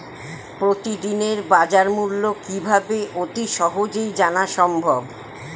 প্রতিদিনের বাজারমূল্য কিভাবে অতি সহজেই জানা সম্ভব?